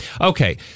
Okay